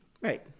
right